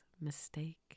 mistake